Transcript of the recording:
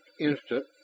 instant